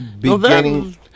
beginning